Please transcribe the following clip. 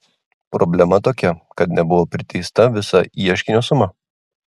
problema tokia kad nebuvo priteista visa ieškinio suma